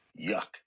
yuck